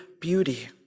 beauty